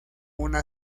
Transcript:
una